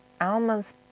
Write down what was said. Alma's